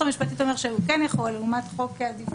המשפטית אומר שהוא כן יכול לעומת חוק הדיוור.